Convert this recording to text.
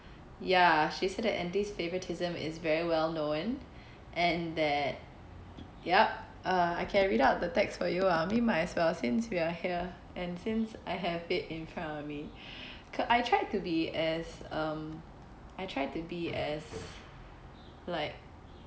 ya she said that andy's favouritism is very well known and that yup I can read out the text for you ah I mean might as well since we're here and since I have it in front of me cau~ I tried to be as um I tried to be as like